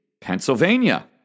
Pennsylvania